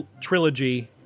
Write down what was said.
trilogy